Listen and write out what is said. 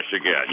again